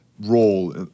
role